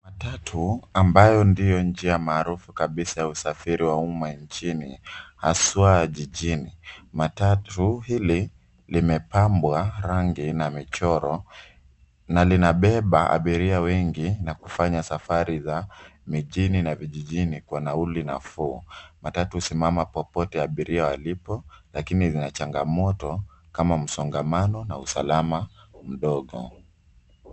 Matatu ambayo ndiyo njia maarufu kabisa ya usafiri nchini, haswa ya jijini. Matatu hili limepambwa rangi na michoro, na linabeba abiria wengi na kufanya safari za mijini na vijijini kwa nauri nafuu. Matatu husimama popote abiria walipo. Lakini lina changamoto kama msongamano na usalama mdogo.